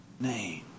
name